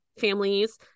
families